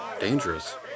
Dangerous